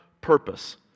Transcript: purpose